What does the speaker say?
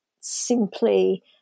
simply